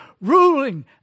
ruling